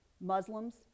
Muslims